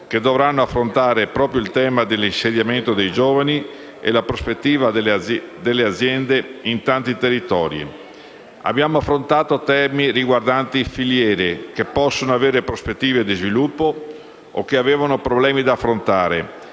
che dovranno affrontare proprio il tema dell'insediamento dei giovani e la prospettiva delle aziende in tanti territori. Abbiamo affrontato temi riguardanti filiere che possono avere prospettive di sviluppo o che avevano problemi da affrontare